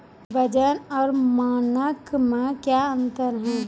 वजन और मानक मे क्या अंतर हैं?